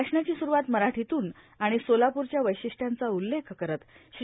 भाषणाची सुरुवात मराठीतून आणि सोलापूरच्या वैशिष्ट्यांचा उल्लेख करत श्री